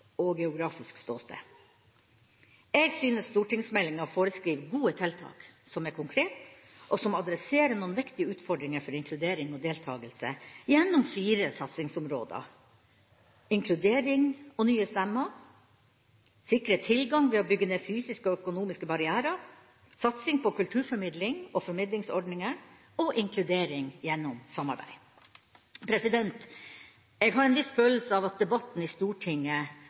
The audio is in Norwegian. og geografisk ståsted. Jeg syns stortingsmeldinga foreskriver gode tiltak, som er konkrete, og som adresserer noen viktige utfordringer for inkludering og deltakelse gjennom fire satsingsområder: inkludering og nye stemmer sikre tilgang ved å bygge ned fysiske og økonomiske barrierer satsing på kulturformidling og formidlingsordninger inkludering gjennom samarbeid Jeg har en viss følelse av at debatten i Stortinget